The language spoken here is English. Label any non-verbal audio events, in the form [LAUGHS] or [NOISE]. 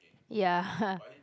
ya [LAUGHS]